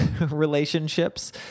relationships